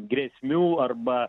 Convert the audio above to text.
grėsmių arba